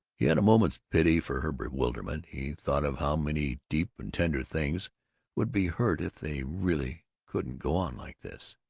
he had a moment's pity for her bewilderment he thought of how many deep and tender things would be hurt if they really couldn't go on like this.